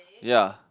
ya